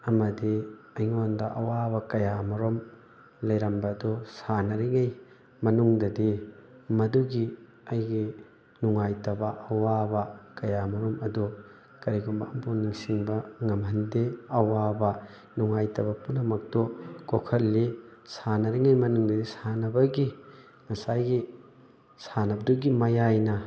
ꯑꯃꯗꯤ ꯑꯩꯉꯣꯟꯗ ꯑꯋꯥꯕ ꯀꯌꯥ ꯑꯃꯔꯣꯝ ꯂꯩꯔꯝꯕ ꯑꯗꯨ ꯁꯥꯟꯅꯔꯤꯉꯩ ꯃꯅꯨꯡꯗꯗꯤ ꯃꯗꯨꯒꯤ ꯑꯩꯒꯤ ꯅꯨꯡꯉꯥꯏꯇꯕ ꯑꯋꯥꯕ ꯀꯌꯥ ꯃꯔꯨꯝ ꯑꯗꯨ ꯀꯔꯤꯒꯨꯝꯕ ꯑꯃꯐꯥꯎ ꯅꯤꯡꯁꯤꯡꯕ ꯉꯝꯍꯟꯗꯦ ꯑꯋꯥꯕ ꯅꯨꯡꯉꯥꯏꯇꯕ ꯄꯨꯝꯅꯃꯛꯇꯨ ꯀꯣꯛꯍꯜꯂꯤ ꯁꯥꯟꯅꯔꯤꯉꯩ ꯃꯅꯨꯡꯗꯨꯗꯤ ꯁꯥꯟꯅꯕꯒꯤ ꯉꯁꯥꯏꯒꯤ ꯁꯥꯟꯅꯕꯗꯨꯒꯤ ꯃꯌꯥꯏꯅ